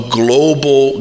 global